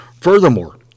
Furthermore